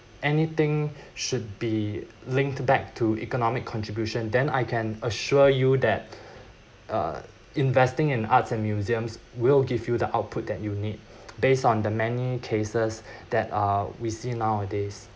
anything should be linked back to economic contribution then I can assure you that uh investing in arts and museums will give you the output that you need based on the many cases that uh we see nowadays